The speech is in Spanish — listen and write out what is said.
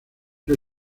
que